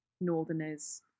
Northerners